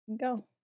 Go